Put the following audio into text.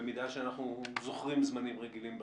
במידה ואנחנו זוכרים זמנים רגילים בכלל,